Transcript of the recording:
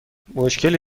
مشکلی